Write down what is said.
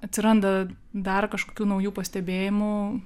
atsiranda dar kažkokių naujų pastebėjimų